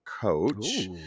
coach